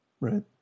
Right